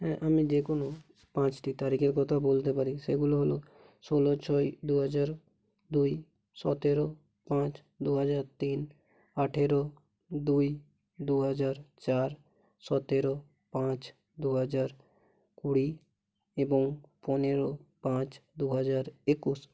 হ্যাঁ আমি যে কোনো পাঁচটি তারিখের কথা বলতে পারি সেগুলো হলো ষোলো ছয় দুহাজার দুই সতেরো পাঁচ দুহাজার তিন আঠারো দুই দুহাজার চার সতেরো পাঁচ দুহাজার কুড়ি এবং পনেরো পাঁচ দুহাজার একুশ